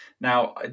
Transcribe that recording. now